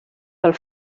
del